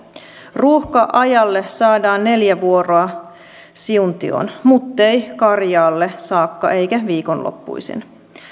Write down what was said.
ruuhka ajalle saadaan neljä vuoroa siuntioon muttei karjaalle saakka eikä viikonloppuisin